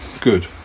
Good